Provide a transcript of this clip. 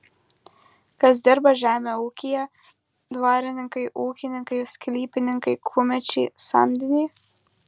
kas dirba žemę ūkyje dvarininkai ūkininkai sklypininkai kumečiai samdiniai